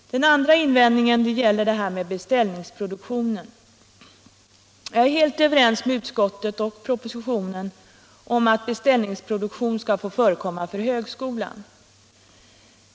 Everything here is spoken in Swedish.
Den andra invändningen gäller det här med beställningsproduktionen. Jag är helt överens med utskottet och med regeringen i dess proposition om att beställningsproduktion skall få förekomma för högskolan.